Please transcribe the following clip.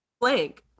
blank